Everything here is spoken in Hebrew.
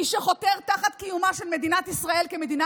מי שחותר תחת קיומה של מדינת ישראל כמדינה